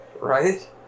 right